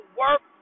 work